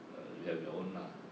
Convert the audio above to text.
uh you have your own lah